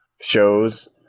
shows